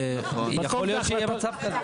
יכול להיות שיהיה מצב כזה.